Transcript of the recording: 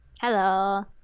Hello